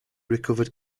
recovered